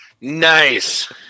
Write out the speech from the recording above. Nice